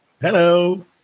Hello